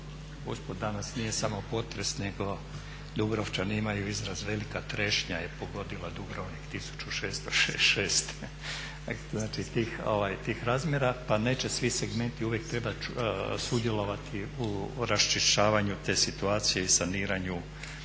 usput danas nije samo potres nego Dubrovčani imaju izraz velika trešnja je pogodila Dubrovnik 1666. znači tih razmjera pa neće svi segmenti uvijek trebati sudjelovati u raščišćavanju te situacije i saniranju